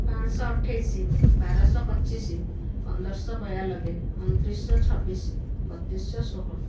ପାଞ୍ଚଶହ ଅଠେଇଶି ବାରଶହ ପଚିଶି ପନ୍ଦର ଶହ ବୟାନବେ ଅଣତିରିଶ ଶହ ଛବିଶି ବତିଶ ଶହ ଷୋହଳ